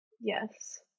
yes